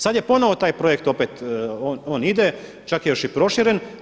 Sad je ponovno taj projekt opet on ide, čak je još i proširen.